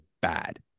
bad